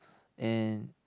and